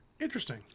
Interesting